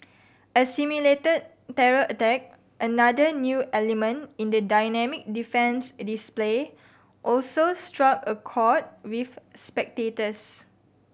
a simulated terror attack another new element in the dynamic defence display also struck a chord with spectators